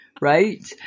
right